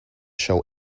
show